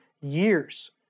years